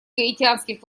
гаитянских